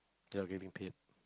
without getting paid